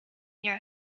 near